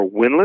winless